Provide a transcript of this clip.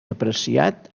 apreciat